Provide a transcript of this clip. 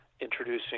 introducing